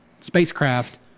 spacecraft